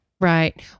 right